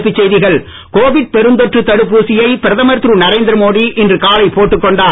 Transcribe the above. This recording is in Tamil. தலைப்புச் செய்திகள் கோவிட் பெருந்தொற்று தடுப்பூசியை பிரதமர் திரு நரேந்திர மோடி இன்று காலை போட்டுக் கொண்டார்